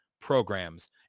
programs